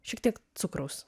šiek tiek cukraus